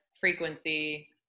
frequency